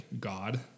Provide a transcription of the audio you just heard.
God